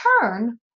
turn